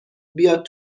بیاد